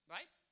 Right